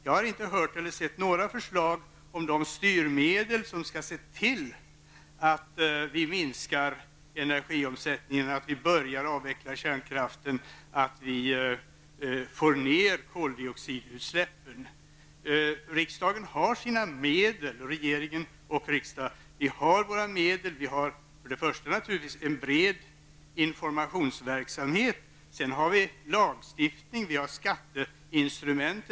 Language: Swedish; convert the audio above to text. Jag har inte hört eller sett några förslag om styrmedel med vilkas hjälp man skall se till att minska energiomsättningen och börja avveckla kärnkraften samt få ned koldioxidutsläppen. Regering och riksdag har olika medel, en bred informationsverksamhet, lagstiftning och skatteinstrumentet.